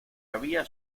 había